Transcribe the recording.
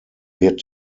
wird